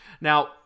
now